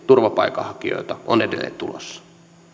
turvapaikanhakijoita on potentiaalisesti edelleen tulossa